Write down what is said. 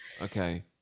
okay